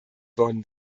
worden